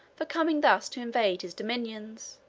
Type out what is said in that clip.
for coming thus to invade his dominions,